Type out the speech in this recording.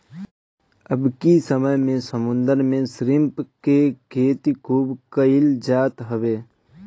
अबकी समय में समुंदर में श्रिम्प के खेती खूब कईल जात हवे